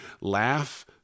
laugh